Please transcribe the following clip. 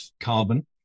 carbon